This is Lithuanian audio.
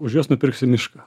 už juos nupirksiu mišką